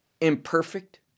imperfect